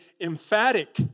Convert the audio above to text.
emphatic